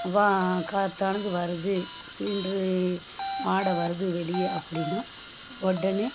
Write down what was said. திறந்து வருது சிலிண்ட்ரு வாடை வருது வெளியே அப்படினா உடனே